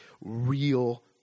real